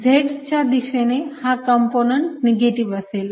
Z च्या दिशेने हा कंपोनंट निगेटिव्ह असेल